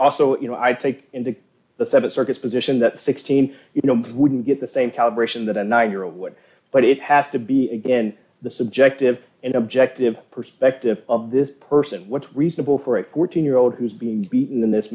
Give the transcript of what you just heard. also you know i take him to the seven circuits position that sixteen you know wouldn't get the same calibration that a nine year old would but it has to be again the subjective and objective perspective of this person what's reasonable for a fourteen year old who's being beaten in this